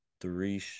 three